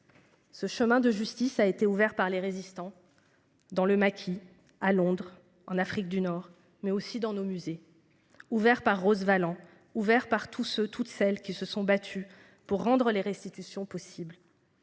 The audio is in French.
Ce chemin de justice a été ouvert par les résistants. Dans le maquis à Londres en Afrique du Nord, mais aussi dans nos musées ouverts par Rose Valland ouvert par tous ceux, toutes celles qui se sont battus pour rendre les restitutions possible.